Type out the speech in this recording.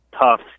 tough